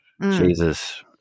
Jesus